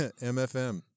MFM